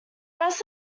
rest